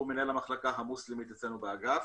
שהוא מנהל המחלקה המוסלמית אצלנו באגף.